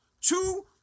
Two